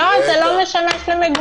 לא, זה לא משמש למגורים.